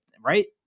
right